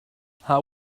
how